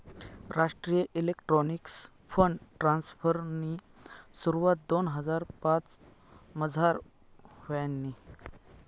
राष्ट्रीय electronics fund ट्रान्स्फरनी सुरवात दोन हजार पाचमझार व्हयनी